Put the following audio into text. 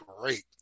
great